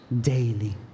daily